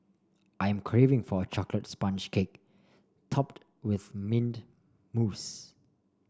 I am craving for a chocolate sponge cake topped with mint mousse